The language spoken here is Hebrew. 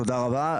תודה רבה.